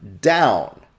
down